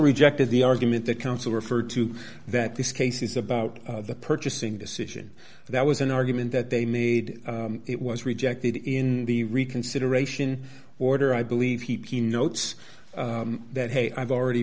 rejected the argument the council referred to that this case is about the purchasing decision that was an argument that they made it was rejected in the reconsideration order i believe p p notes that hey i've already